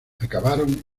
acabaron